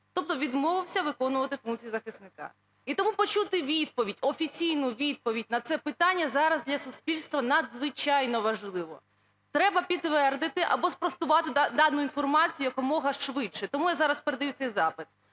тобто відмовився виконувати функції захисника. І тому почути відповідь, офіційну відповідь на це питання зараз для суспільства надзвичайно важливо. Треба підтвердити або спростувати дану інформацію якомога швидше. Тому я зараз передаю цей запит.